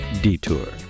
Detour